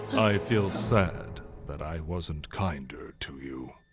i feel sad that i wasn't kinder to you.